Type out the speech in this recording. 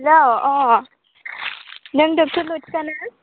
hello अ नों doctor लथिखा ना